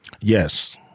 Yes